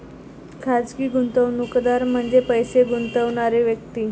खाजगी गुंतवणूकदार म्हणजे पैसे गुंतवणारी व्यक्ती